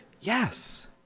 Yes